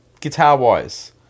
guitar-wise